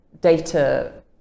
data